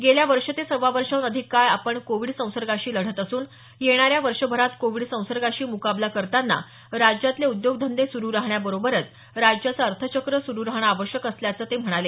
गेल्या वर्ष ते सव्वा वर्षाहून अधिक काळ आपण कोविड संसर्गाशी लढत असून येणाऱ्या वर्षभरात कोविड संसर्गाशी मुकाबला करताना राज्यातले उद्योगधंदे सुरु राहण्याबरोबरच राज्याचं अर्थचक्र सुरु राहणं आवश्यक असल्याचं ते म्हणाले